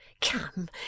come